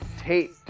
Tate